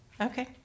Okay